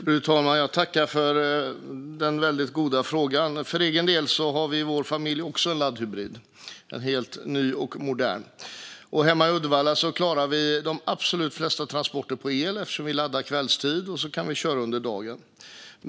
Fru talman! Jag tackar Jens Holm för den väldigt goda frågan. I vår familj har vi också en laddhybrid, en helt ny och modern, och hemma i Uddevalla klarar vi de absolut flesta transporter på el. Vi laddar kvällstid, och sedan kan vi köra under dagen.